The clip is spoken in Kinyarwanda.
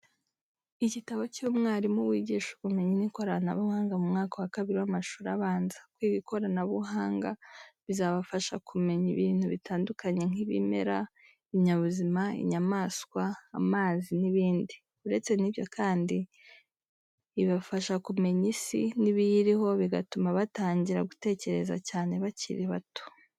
Igitabo cy'umwarimu wigisha ubumenyi n'ikoranabuhanga mu mwaka wa kabiri w'amashuri abanza. Kwiga ikoranabuhanga bizabafasha kumenya ibintu bitandukanye nk'ibimera, ibinyabuzima, inyamaswa, amazi n'ibindi. Uretse n'ibyo kandi, ibafaha kumenya isi n'ibiyiriho bigatuma batangira gutekereza cyane bakiri bato.